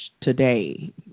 today